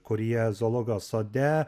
kurie zoologijos sode